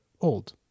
old